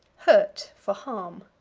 hurt for harm.